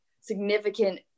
significant